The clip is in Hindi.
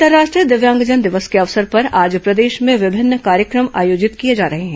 अंतर्राष्ट्रीय दिव्यांगजन दिवस के अवसर पर आज प्रदेश में विभिन्न कार्यक्रम आयोजित किए जा रहे हैं